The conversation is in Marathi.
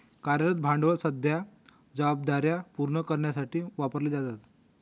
कार्यरत भांडवल सध्याच्या जबाबदार्या पूर्ण करण्यासाठी वापरले जाते